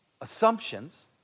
assumptions